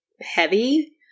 heavy